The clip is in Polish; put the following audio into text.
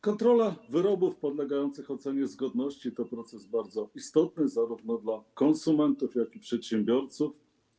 Kontrola wyrobów podlegających ocenie zgodności to proces bardzo istotny zarówno dla konsumentów, jak i przedsiębiorców.